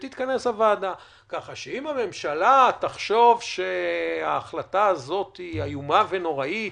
אם הממשלה תחשוב שההחלטה הזאת איומה ונוראית,